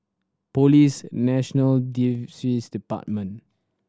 Police National Department